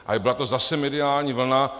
Ale byla to zase mediální vlna.